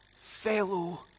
fellow